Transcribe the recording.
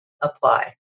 apply